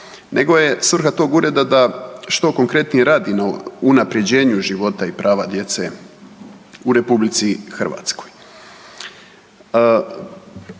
nego je svrha tog ureda da što konkretnije radi na unapređenju života i prava djece u RH. Pomalo